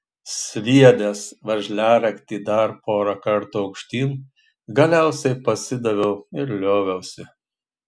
sviedęs veržliaraktį dar pora kartų aukštyn galiausiai pasidaviau ir lioviausi